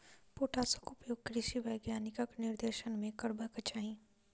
पोटासक उपयोग कृषि वैज्ञानिकक निर्देशन मे करबाक चाही